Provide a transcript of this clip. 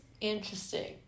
interesting